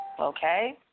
Okay